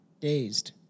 Dazed